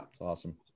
awesome